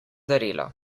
darilo